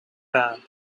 band